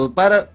para